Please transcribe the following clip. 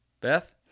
Beth